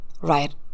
right